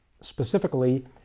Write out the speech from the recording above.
specifically